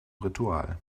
ritual